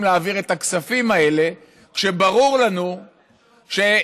להעביר את הכספים האלה כשברור לנו שכמעט